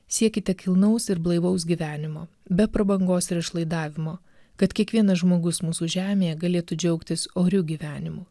siekite kilnaus ir blaivaus gyvenimo be prabangos ir išlaidavimo kad kiekvienas žmogus mūsų žemėje galėtų džiaugtis oriu gyvenimu